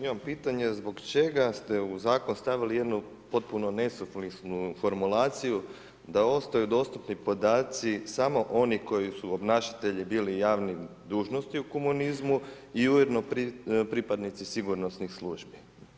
Imam pitanje, zbog čega ste u zakon stavili jednu potpuno nesuvislu formulaciju, da ostaju dostupni podaci samo oni koji su obnašatelji bili javnih dužnosti u komunizmu i ujedno pripadnici sigurnosnih službi.